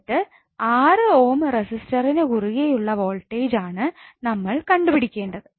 എന്നിട്ട് 6 ഓം റെസിസ്റ്ററിനു കുറുകെയുള്ള വോൾട്ടേജ് ആണ് നമ്മൾ കണ്ടുപിടിക്കേണ്ടത്